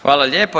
Hvala lijepo.